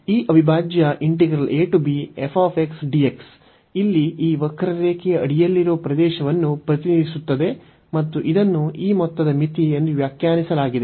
ಈ ಅವಿಭಾಜ್ಯ ಇಲ್ಲಿ ಈ ವಕ್ರರೇಖೆಯ ಅಡಿಯಲ್ಲಿರುವ ಪ್ರದೇಶವನ್ನು ಪ್ರತಿನಿಧಿಸುತ್ತದೆ ಮತ್ತು ಇದನ್ನು ಈ ಮೊತ್ತದ ಮಿತಿ ಎಂದು ವ್ಯಾಖ್ಯಾನಿಸಲಾಗಿದೆ